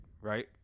right